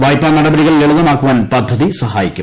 വായ്പാ നടപടികൾ ലളിതമാക്കുവാൻ പദ്ധതി സഹായിക്കും